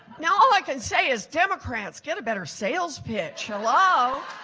now all i can say is democrats, get a better sales pitch. hello?